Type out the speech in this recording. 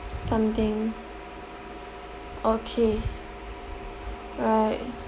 something okay right